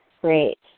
Great